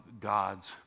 God's